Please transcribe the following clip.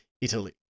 Italy